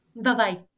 Bye-bye